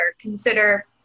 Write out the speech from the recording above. consider